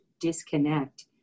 disconnect